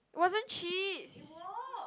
wasn't cheese